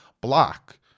Block